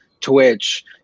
Twitch